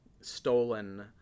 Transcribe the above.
stolen